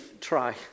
try